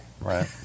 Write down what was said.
right